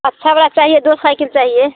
अच्छा वाला चाहिए दो साइकिल चाहिए